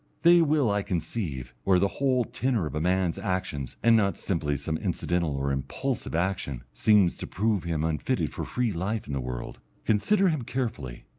they will, i conceive, where the whole tenor of a man's actions, and not simply some incidental or impulsive action, seems to prove him unfitted for free life in the world, consider him carefully,